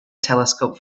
telescope